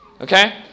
Okay